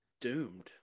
doomed